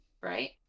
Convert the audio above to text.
right